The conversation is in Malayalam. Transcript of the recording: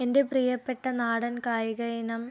എൻ്റെ പ്രിയപ്പെട്ട നാടൻ കായിക ഇനം